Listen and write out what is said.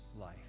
life